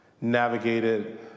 navigated